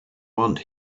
want